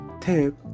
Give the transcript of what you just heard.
tip